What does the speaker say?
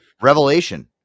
Revelation